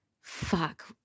fuck